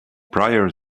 prior